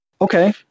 Okay